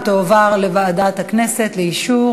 בבקשה.